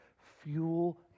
fuel